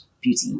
beauty